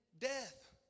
death